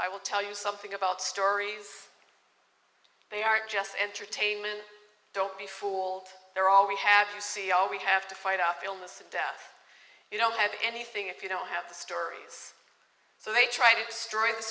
i will tell you something about stories they aren't just entertainment don't be fooled they're all we have you see all we have to fight off illness and death you don't have anything if you don't have the stories so they try to destroy the